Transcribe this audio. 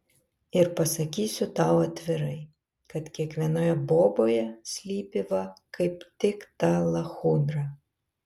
ir pasakysiu tau atvirai kad kiekvienoje boboje slypi va kaip tik ta lachudra